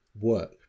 work